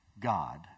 God